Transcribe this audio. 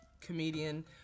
comedian